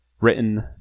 written